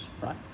right